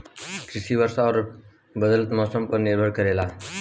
कृषि वर्षा और बदलत मौसम पर निर्भर करेला